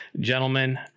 Gentlemen